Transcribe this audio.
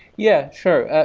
yeah, sure. i